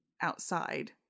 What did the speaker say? outside